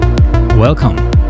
Welcome